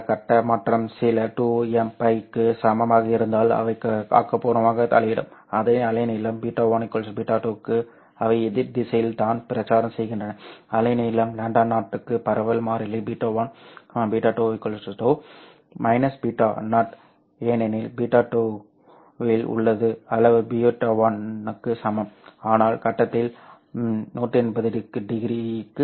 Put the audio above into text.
இந்த கட்ட மாற்றம் சில 2mπ க்கு சமமாக இருந்தால் அவை ஆக்கபூர்வமாக தலையிடும் அதே அலைநீளம் β1 β2 க்கு அவை எதிர் திசையில் தான் பிரச்சாரம் செய்கின்றன அலைநீளம் λ0 க்கு பரவல் மாறிலி β0 β2 β0 ஏனெனில் β2 இல் உள்ளது அளவு β1 க்கு சமம் ஆனால் கட்டத்தில் 180o க்கு சமம்